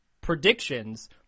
predictions